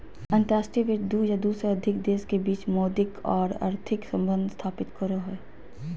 अंतर्राष्ट्रीय वित्त दू या दू से अधिक देश के बीच मौद्रिक आर आर्थिक सम्बंध स्थापित करो हय